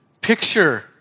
picture